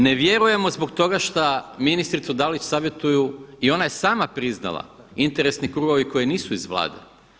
Ne vjerujemo zbog toga šta ministricu Dalić savjetuju i ona je sama priznala interesni krugovi koji nisu iz Vlade.